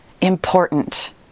important